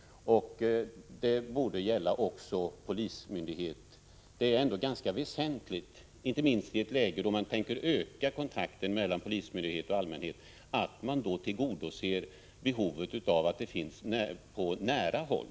Det borde gälla även polismyndigheten. Inte minst i ett läge då man vill öka kontakten mellan polismyndigheten och allmänheten är det ganska väsentligt att man tillgodoser behovet av polis på nära håll.